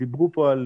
דיברו פה על